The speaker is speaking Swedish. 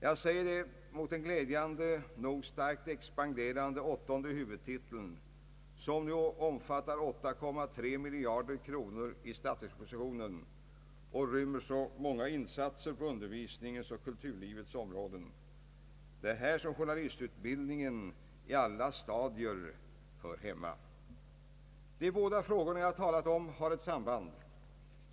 Jag säger detta mot bakgrunden av den glädjande nog starkt expanderande åttonde huvudtiteln, som nu omfattar 8,3 miljarder kronor i statsverkspropositionen, och rymmer så många insatser på undervisningens och kulturlivets områden. Det är här som journalistutbildningen i alla stadier rimligen hör hemma. De båda frågor jag talat om har ett samband.